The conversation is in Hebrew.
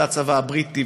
זה הצבא הבריטי,